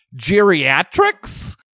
Geriatrics